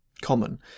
common